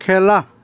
খেলা